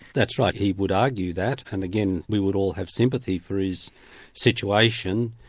that's right, he would argue that, and again, we would all have sympathy for his situation.